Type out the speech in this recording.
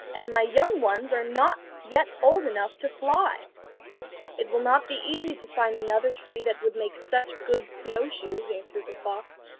and my young ones are not yet old enough to fly it will not be easy to find another tree that would make such good snow-shoes answered the fox,